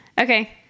Okay